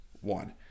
one